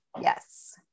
Yes